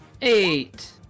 Eight